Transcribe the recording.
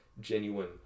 genuine